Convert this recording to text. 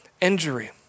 injury